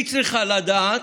היא צריכה לדעת,